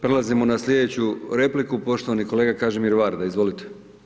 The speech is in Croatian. Prelazimo na slijedeću repliku, poštovani kolega Kažimir Varda, izvolite.